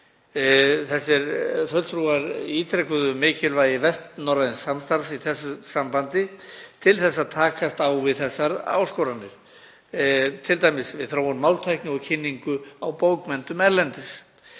Þessir fulltrúar ítrekuðu mikilvægi norræns samstarfs í þessu sambandi til að takast á við þessar áskoranir, t.d. við þróun máltækni og kynningu á bókmenntum erlendis.